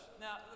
Now